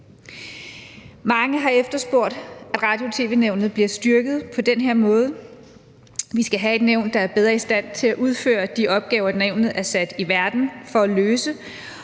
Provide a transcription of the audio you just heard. Mange har efterspurgt, at Radio- og tv-nævnet bliver styrket på den her måde. Vi skal have et nævn, der bedre er i stand til at udføre de opgaver, nævnet er sat i verden for at løse,